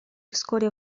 вскоре